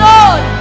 Lord